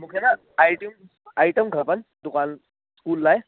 मूंखे न आइटियूमि आइटम खपनि दुकान स्कूल लाइ